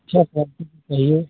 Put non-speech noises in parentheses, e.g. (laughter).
सब (unintelligible) चाहिए